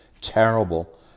terrible